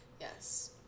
Yes